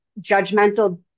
judgmental